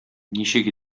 ничек